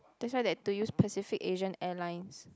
that's why they have to use Pacific Asian Airlines